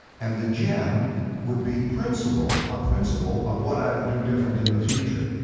and the gem would be principle, a principle of what i would do different in the future.